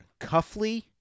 Cuffley